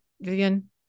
Vivian